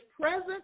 present